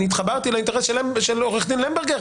אני התחברתי לאינטרס של עורך הדין למברגר